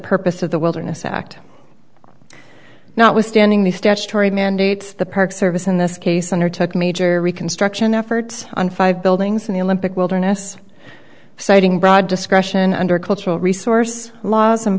purpose of the wilderness act notwithstanding the statutory mandates the park service in this case undertook major reconstruction efforts on five buildings in the olympic wilderness citing broad discretion under cultural resource laws and